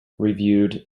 reviewed